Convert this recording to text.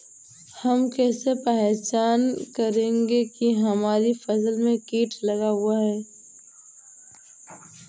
हम कैसे पहचान करेंगे की हमारी फसल में कीट लगा हुआ है?